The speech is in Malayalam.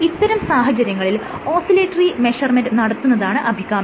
ഇത്തരം സാഹചര്യങ്ങളിൽ ഓസിലേറ്ററി മെഷർമെൻറ് നടത്തുന്നതാണ് അഭികാമ്യം